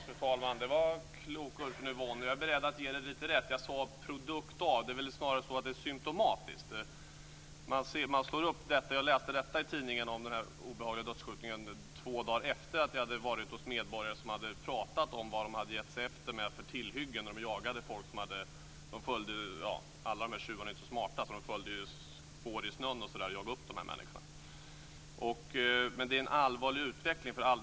Fru talman! Det var kloka ord från Yvonne Oscarsson, och jag är beredd att ge henne lite rätt. Jag sade produkt av. Det är väl snarare så att det är symtomatiskt, man slår upp detta. Jag läste i tidningen om den här obehagliga dödsskjutningen två dagar efter att jag hade varit hos medborgare som hade talat om vad de hade för tillhyggen med sig när de följde spår i snön - alla tjuvar är ju inte så smarta - när de jagade dessa människor. Men det är en allvarlig utveckling.